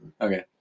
Okay